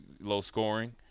low-scoring